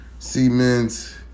Cement